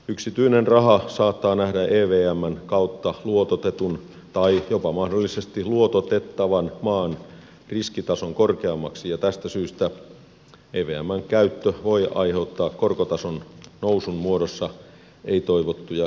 yksityinen raha saattaa nähdä evmn kautta luototetun tai jopa mahdollisesti luototettavan maan riskitason korkeammaksi ja tästä syystä evmn käyttö voi aiheuttaa korkotason nousun muodossa ei toivottuja sivuvaikutuksia